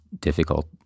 difficult